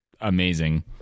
amazing